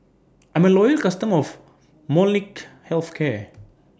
I'm A Loyal customer of Molnylcke Health Care